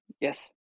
yes